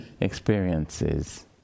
experiences